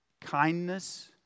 kindness